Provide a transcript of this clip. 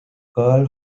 carl